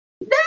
No